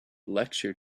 lecture